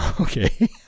Okay